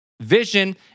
vision